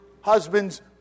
husband's